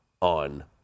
on